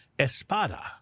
Espada